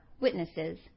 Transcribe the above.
witnesses